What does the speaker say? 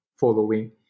following